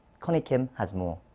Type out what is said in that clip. connie kim has more.